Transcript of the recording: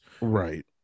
Right